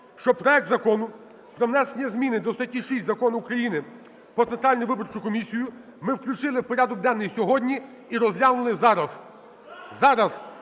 щоб проект Закону про внесення зміни до статті 6 Закону України "Про Центральну виборчу комісію" ми включили в порядок денний сьогодні і розглянули зараз. Зараз